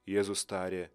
jėzus tarė